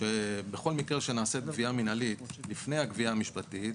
שבכל מקרה שנעשית גבייה מינהלית לפני הגבייה המשפטית,